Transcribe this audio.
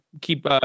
keep